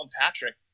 Patrick